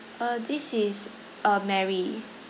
uh this is uh mary